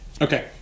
Okay